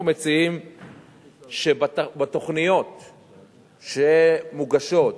אנחנו מציעים שבתוכניות שמוגשות,